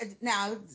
now